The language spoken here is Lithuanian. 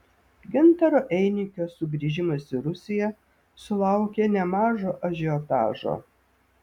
gintaro einikio sugrįžimas į rusiją sulaukė nemažo ažiotažo